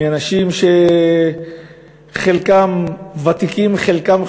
מאנשים שחלקם ותיקים, חלקם חדשים,